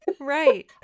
right